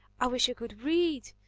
i wish i could read!